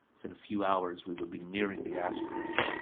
within a few hours we would be nearing the asteroid.